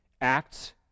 Acts